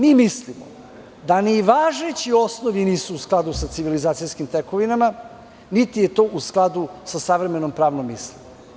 Mi mislimo, da ni važeći osnovi nisu u skladu sa civilizacijskim tekovinama niti je to u skladu sa savremenom pravnom misli.